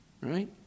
Right